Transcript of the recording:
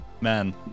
man